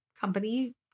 company